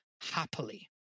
happily